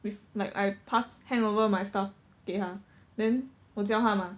with like I pass handover my stuff 给他 then 我教他吗